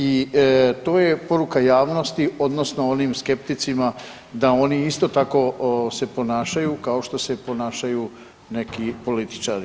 I to je poruka javnosti odnosno onim skepticima da oni isto tako se ponašaju kao što se ponašaju neki političari.